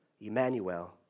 Emmanuel